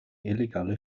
illegale